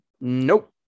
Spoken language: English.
Nope